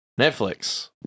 Netflix